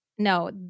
No